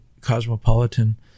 cosmopolitan